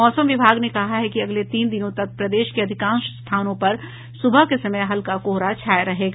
मौसम विभाग ने कहा है कि अगले तीन दिनों तक प्रदेश के अधिकांश स्थानों पर सुबह के समय हल्का कोहरा छाया रहेगा